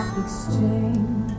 exchange